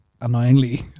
Annoyingly